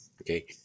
Okay